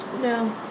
no